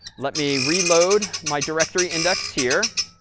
let me reload my directory index here.